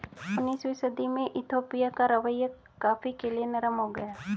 उन्नीसवीं सदी में इथोपिया का रवैया कॉफ़ी के लिए नरम हो गया